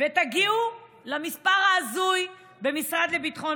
ויש דרכים